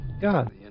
God